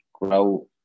grow